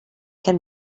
can